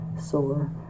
sore